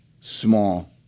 small